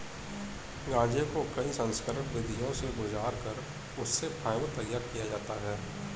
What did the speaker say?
गांजे को कई संस्करण विधियों से गुजार कर उससे फाइबर तैयार किया जाता है